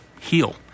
heal